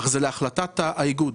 אך זה להחלטת האיגוד.